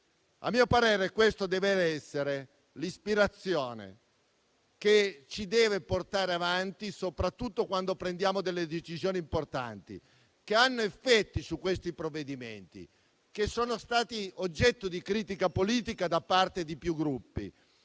A mio parere, questa è l'ispirazione che ci deve portare avanti, soprattutto quando prendiamo decisioni importanti, che hanno effetti su questi provvedimenti, che sono stati oggetto di critica politica da parte di più Gruppi,